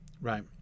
right